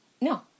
No